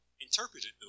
interpreted